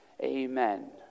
amen